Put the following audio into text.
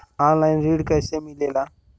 Online ऋण कैसे मिले ला?